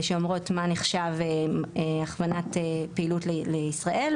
שאומרות מה נחשב הכוונת פעילות לישראל,